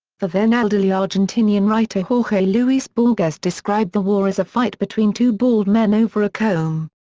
the then elderly argentinian writer jorge luis borges described the war as a fight between two bald men over a comb.